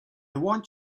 want